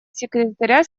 секретаря